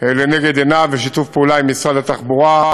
לנגד עיניו, בשיתוף פעולה עם משרד התחבורה,